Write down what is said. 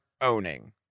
owning